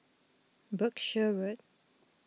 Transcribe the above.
Berkshire Road